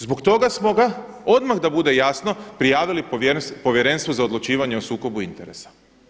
Zbog toga smo ga odmah da bude jasno, prijavili Povjerenstvu za odlučivanje o sukobu interesa.